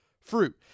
fruit